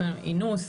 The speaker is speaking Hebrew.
החל מאינוס,